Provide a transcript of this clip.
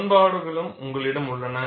சமன்பாடுகளும் உங்களிடம் உள்ளன